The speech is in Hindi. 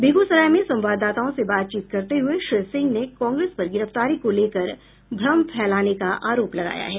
बेगूसराय में संवाददाताओं से बातचीत करते हुए श्री सिंह ने कांग्रेस पर गिरफ्तारी को लेकर भ्रम फैलाने का आरोप लगाया है